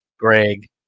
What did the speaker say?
Greg